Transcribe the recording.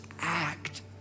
act